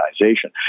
organization